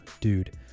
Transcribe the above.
dude